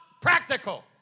practical